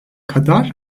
kadar